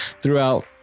throughout